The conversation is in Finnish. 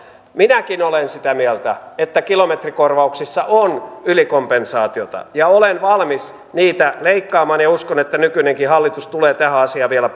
minäkin olen sitä mieltä että kilometrikor vauksissa on ylikompensaatiota ja olen valmis niitä leikkaamaan ja uskon että nykyinenkin hallitus tulee tähän asiaan vielä